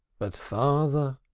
but father?